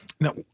Now